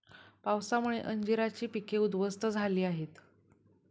पावसामुळे अंजीराची पिके उध्वस्त झाली आहेत